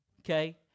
okay